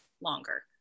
longer